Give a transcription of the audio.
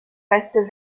restent